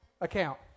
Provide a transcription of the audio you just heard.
account